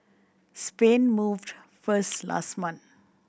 Spain moved first last month